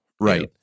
Right